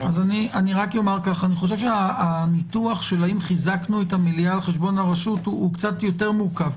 הניתוח של האם חיזקנו את המליאה על חשבון הרשות הוא קצת יותר מורכב.